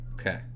Okay